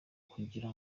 kugira